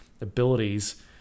abilities